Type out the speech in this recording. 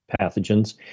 pathogens